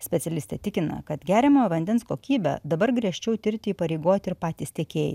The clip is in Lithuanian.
specialistė tikina kad geriamojo vandens kokybę dabar griežčiau tirti įpareigoti ir patys tiekėjai